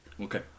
Okay